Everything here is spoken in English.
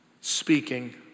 speaking